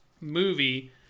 movie